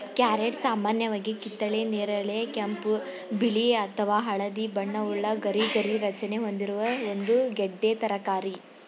carrot ಸಾಮಾನ್ಯವಾಗಿ ಕಿತ್ತಳೆ ನೇರಳೆ ಕೆಂಪು ಬಿಳಿ ಅಥವಾ ಹಳದಿ ಬಣ್ಣವುಳ್ಳ ಗರಿಗರಿ ರಚನೆ ಹೊಂದಿರುವ ಒಂದು ಗೆಡ್ಡೆ ತರಕಾರಿ